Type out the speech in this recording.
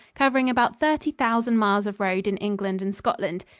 covering about thirty thousand miles of road in england and scotland.